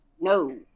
No